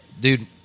dude